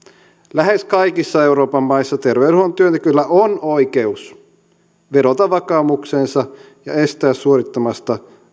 lähes kaikissa euroopan maissa terveydenhuollon työntekijöillä on oikeus vedota vakaumukseensa ja kieltäytyä suorittamasta